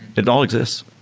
it all exists.